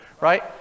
right